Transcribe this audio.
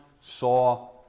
saw